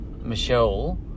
Michelle